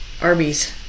Arby's